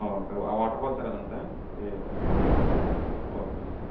okay waterfall sir అది అంత okay sir